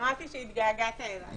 שמעתי שהתגעגעת אליי.